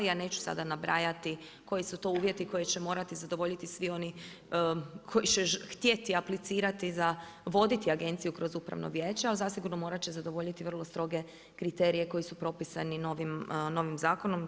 Ja neću sada nabrajati, koji su to uvjeti koje će morati zadovoljiti svi oni koji će htjeti aplicirati za, voditi agenciju kroz upravno vijeće, a zasigurno, morati će zadovoljiti vrlo stroge kriterije koje su propisane ovim zakonom.